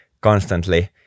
constantly